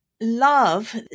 love